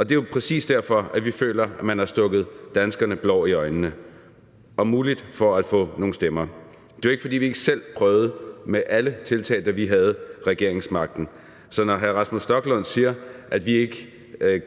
Det er jo præcis derfor, vi føler, at man har stukket danskerne blår i øjnene – om muligt for at få nogle stemmer. Det er jo ikke, fordi vi ikke selv prøvede med alle tiltag, da vi havde regeringsmagten. Så når hr. Rasmus Stoklund siger, at vi ikke